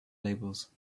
labels